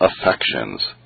AFFECTIONS